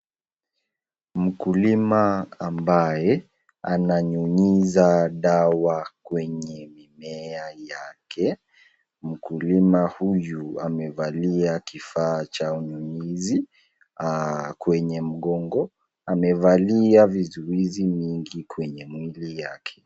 Mkulima ambaye ananyuyiza dawa kwenye mimea yake. Mkulima huyu amevalia kifaa cha uyunyizi kwenye mgongo amevalia vizuizi mingi kwenye mwili yake.